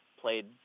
played